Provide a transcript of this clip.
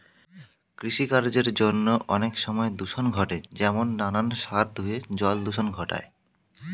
কৃষিকার্যের জন্য অনেক সময় দূষণ ঘটে যেমন নানান সার ধুয়ে জল দূষণ ঘটায়